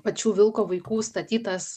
pačių vilko vaikų statytas